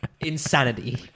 insanity